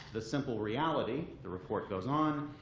the simple reality, the report goes on,